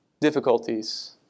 difficulties